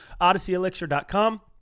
odysseyelixir.com